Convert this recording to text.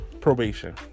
probation